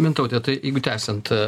mintaute tai jeigu tęsiant